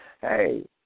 hey